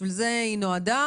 בשביל זה היא נועדה.